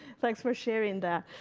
thanks for sharing that.